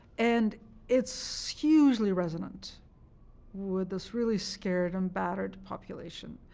and it's hugely resonant with this really scared and battered population,